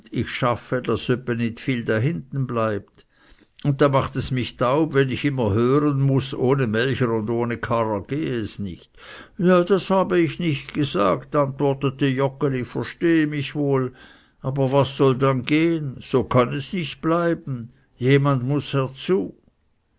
ich schaffe daß öppe nit viel dahintenbleibt und da macht es mich taub wenn ich immer hören muß ohne melcher und ohne karrer gehe es nicht ja das habe ich nicht gesagt antwortete joggeli verstehe mich wohl aber was soll dann gehen so kann es nicht bleiben jemand muß herzu